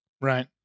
right